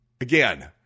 again